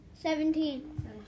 Seventeen